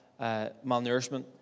malnourishment